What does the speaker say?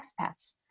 expats